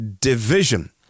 division